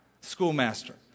Schoolmaster